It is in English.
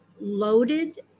loaded